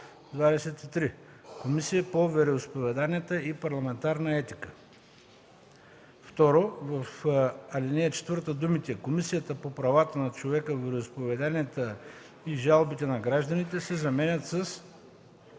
„23. Комисия по вероизповеданията и парламентарна етика.” 2. В ал. 4 думите „Комисията по правата на човека, вероизповеданията и жалбите на гражданите” се заменят с